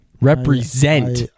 Represent